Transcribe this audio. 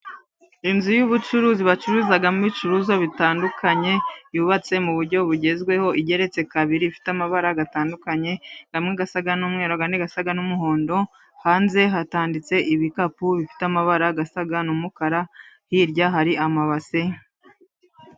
Inzu y'ubucuruzi bacuruzamo ibicuruzwa bitandukanye, yubatse mu buryo bugezweho, igereretse kabiri, ifite amabara atandukanye, amwe asa n'umweru, andi asa n'umuhondo, hanze hatanditse ibikapu bifite amabara asa n'umukara, hirya hari amabase.